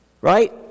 right